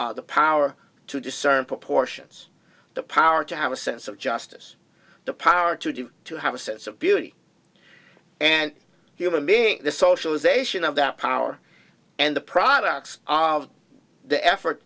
judge the power to discern proportions the power to have a sense of justice the power to do to have a sense of beauty and human being the socialisation of that power and the products of the effort